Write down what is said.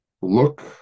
look